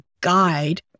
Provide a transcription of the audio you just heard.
guide